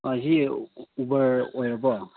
ꯑꯁꯤ ꯎꯕꯔ ꯑꯣꯏꯔꯕꯣ